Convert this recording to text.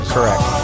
Correct